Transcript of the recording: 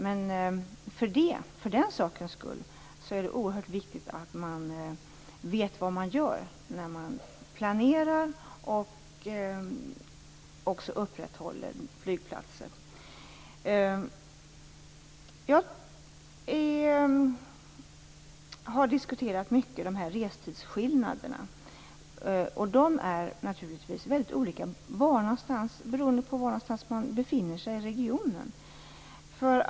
Men för den sakens skull är det oerhört viktigt att man vet vad man gör när man planerar och upprätthåller flygplatser. Jag har diskuterat dessa restidsskillnader mycket. De är naturligtvis väldigt olika beroende på var någonstans i regionen som man befinner sig.